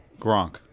Gronk